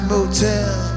Motel